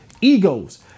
egos